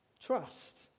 Trust